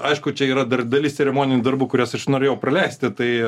aišku čia yra dar dalis ceremoninių darbų kuriuos aš norėjau praleisti tai